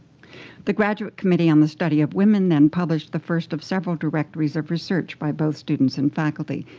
the graduate committee on the study of women then published the first of several directories of research by both students and faculty.